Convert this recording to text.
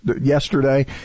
yesterday